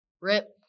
Rip